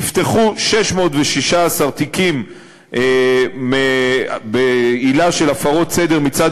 נפתחו 616 תיקים בעילה של הפרות סדר מצד